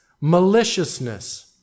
maliciousness